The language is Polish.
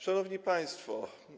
Szanowni Państwo!